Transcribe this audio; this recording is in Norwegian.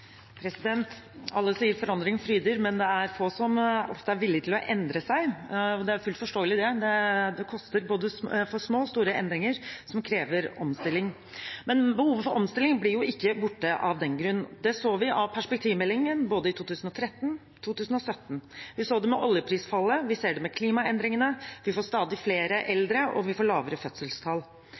det få som er villige til å endre seg, og det er fullt forståelig, for både små og store endringer som krever omstilling, koster. Men behovet for omstilling blir jo ikke borte av den grunn. Det så vi av perspektivmeldingen, både i 2013 og 2017, vi så det med oljeprisfallet, vi ser det med klimaendringene, vi får stadig flere eldre, og vi får lavere fødselstall.